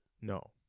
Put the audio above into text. No